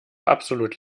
absolut